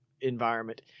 environment